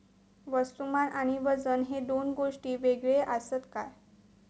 वस्तुमान आणि वजन हे दोन गोष्टी वेगळे आसत काय?